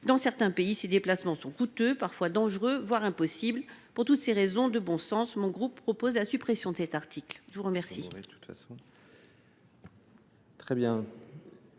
Dans certains pays, ces déplacements sont coûteux, parfois dangereux, voire impossibles. Pour toutes ces raisons de bon sens, le groupe socialiste propose la suppression de cet article. Je suis saisi